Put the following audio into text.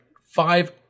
five